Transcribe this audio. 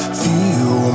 feel